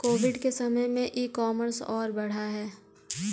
Covid के समय में ई कॉमर्स और बढ़ा है